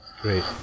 Great